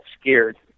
scared